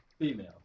Female